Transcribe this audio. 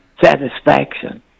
satisfaction